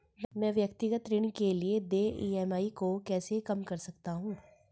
मैं व्यक्तिगत ऋण के लिए देय ई.एम.आई को कैसे कम कर सकता हूँ?